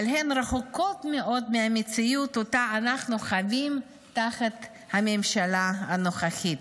אבל הן רחוקות מאוד מהמציאות שאנחנו חווים תחת הממשלה הנוכחית.